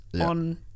on